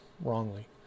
wrongly